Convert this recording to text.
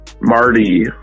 Marty